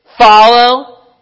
Follow